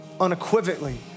unequivocally